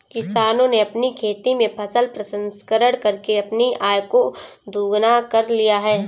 किसानों ने अपनी खेती में फसल प्रसंस्करण करके अपनी आय को दुगना कर लिया है